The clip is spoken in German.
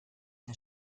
der